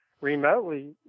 remotely